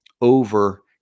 over